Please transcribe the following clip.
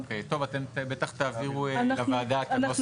אוקיי, אתם בטח תעבירו לוועדה את הנוסח המתאים.